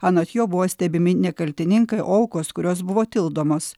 anot jo buvo stebimi ne kaltininkai o aukos kurios buvo tildomos